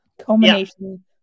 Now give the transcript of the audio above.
culmination